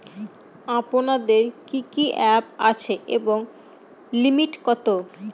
আপনাদের কি কি অ্যাপ আছে এবং লিমিট কত?